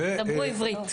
דברו עברית.